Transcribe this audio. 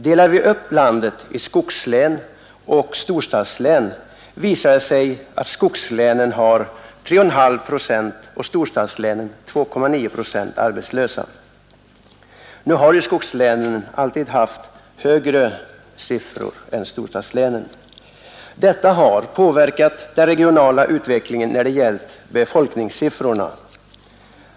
Delar vi upp landet i skogslän och storstadslän visar det sig att skogslänen har 3,5 procent och storstadslänen 2,9 procent arbetslösa. Nu har ju skogslänen alltid haft högre siffror än storstadslänen. Detta har påverkat den regionala utvecklingen när det gällt befolkningssiffrorna.